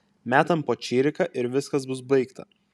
metam po čiriką ir viskas bus baigta